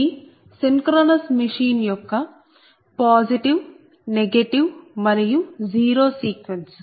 ఇది synchronous machine యొక్క positive negative మరియు జీరో సీక్వెన్స్